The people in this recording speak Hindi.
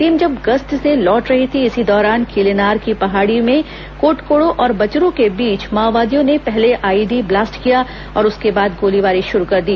टीम जब गश्त से लौट रही थी इसी दौरान किलेनार की पहाड़ी में कोटकोडो और बचरू के बीच माओवादियों ने पहले आईईडी ब्लास्ट किया और उसके बाद गोलीबारी शुरू कर दी